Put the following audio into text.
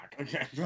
Okay